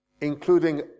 including